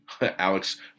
Alex